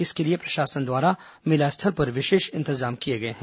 इसके लिए प्रशासन द्वारा मेला स्थल पर विशेष इंतजाम किए गए हैं